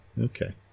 Okay